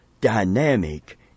dynamic